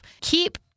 keep